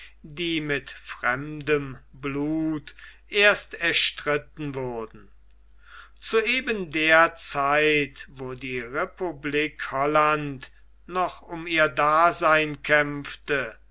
die mit fremdem blut erst erstritten wurde zu eben der zeit wo die republik holland noch um ihr dasein kämpfte